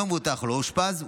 אם המבוטח לא אושפז,